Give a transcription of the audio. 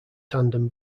tandem